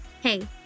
Hey